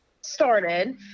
started